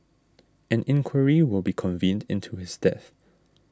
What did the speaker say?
an inquiry will be convened into his death